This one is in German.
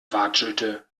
watschelte